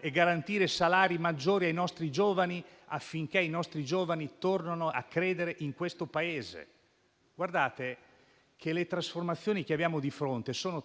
e garantire salari maggiori ai nostri giovani, affinché tornino a credere in questo Paese. Guardate che le trasformazioni che abbiamo di fronte sono